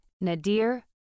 Nadir